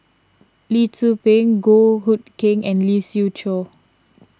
Lee Tzu Pheng Goh Hood Keng and Lee Siew Choh